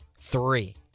three